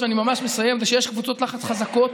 מחדש וגם על חידוש חיי התרבות בקרב החברה הערבית.